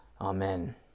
Amen